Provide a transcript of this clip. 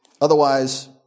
Otherwise